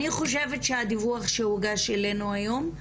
אני חושבת שהדיווח שהוגש אלינו היום,